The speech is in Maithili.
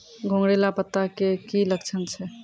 घुंगरीला पत्ता के की लक्छण छै?